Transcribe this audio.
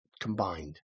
combined